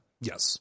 Yes